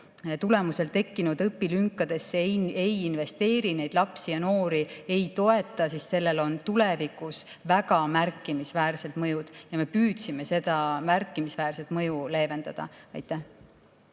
tulemusel tekkinud õpilünkadesse süsteemselt ei investeeri, neid lapsi ja noori ei toeta, siis sellel on tulevikus väga märkimisväärne mõju. Ja me püüdsime seda märkimisväärset mõju leevendada. Ivi